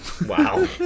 Wow